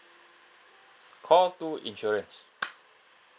call two insurance